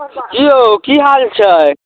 हँ हेलो